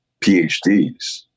PhDs